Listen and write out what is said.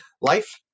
life